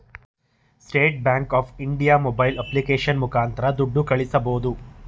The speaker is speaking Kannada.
state Bank of India mobile application ಮುಖಾಂತರ ದುಡ್ಡು ಕಳಿಸಬೋದು